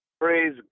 Praise